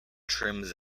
trims